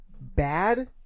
bad